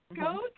Go